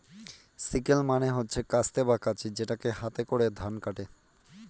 sickle মানে হচ্ছে কাস্তে বা কাঁচি যেটাকে হাতে করে ধান কাটে